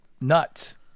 nuts